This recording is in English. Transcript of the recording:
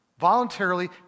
Voluntarily